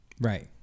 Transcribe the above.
Right